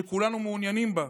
שכולנו מעוניינים בה,